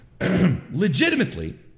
Legitimately